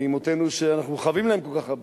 ולאמותינו שאנחנו חבים להן כל כך הרבה.